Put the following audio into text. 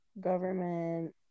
government